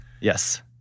yes